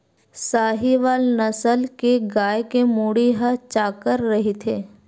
साहीवाल नसल के गाय के मुड़ी ह चाकर रहिथे